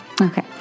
Okay